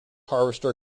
harvester